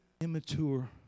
immature